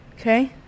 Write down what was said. okay